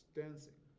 dancing